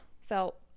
felt